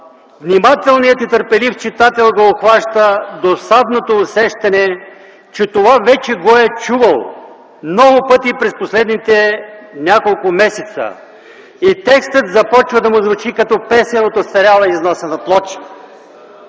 внимателният и търпелив читател го обхваща досадното усещане, че това вече го е чувал много пъти през последните няколко месеца. И текстът започва да му звучи като песен от остаряла и износена плоча.